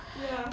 ya